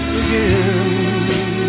again